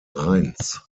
rheins